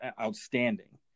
outstanding